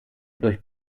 durch